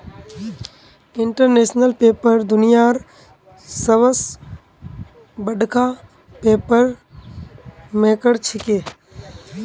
international paper दुनियार सबस बडका पेपर मेकर छिके